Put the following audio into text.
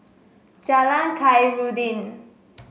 Jalan Khairuddin